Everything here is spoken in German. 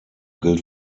gilt